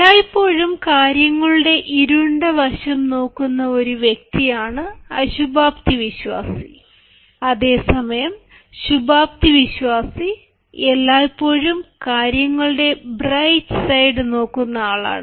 എല്ലായ്പ്പോഴും കാര്യങ്ങളുടെ ഇരുണ്ട വശം നോക്കുന്ന ഒരു വ്യക്തിയാണ് അശുഭാപ്തിവിശ്വാസി അതേസമയം ശുഭാപ്തിവിശ്വാസി എല്ലായ്പ്പോഴും കാര്യങ്ങളുടെ ബ്രൈറ്റ് സൈഡ് നോക്കുന്ന ആളാണ്